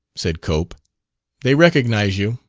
said cope they recognize you.